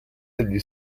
degli